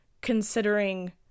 considering